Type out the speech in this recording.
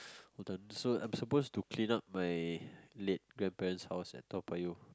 hold on so I'm supposed to clean up my late grandparents house at Toa-Payoh